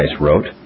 wrote